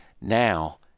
Now